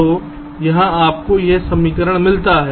तो यहाँ आपको यह समीकरण मिलता है